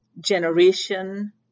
generation